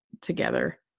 together